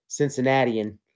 Cincinnatian